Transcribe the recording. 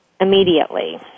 immediately